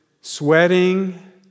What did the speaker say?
sweating